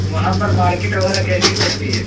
وہاں پر مارکیٹ وغیرہ کیسی چلتی ہے